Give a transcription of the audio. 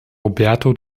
roberto